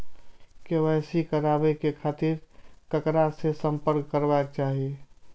KYC कराबे के खातिर ककरा से संपर्क करबाक चाही?